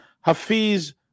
Hafiz